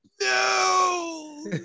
No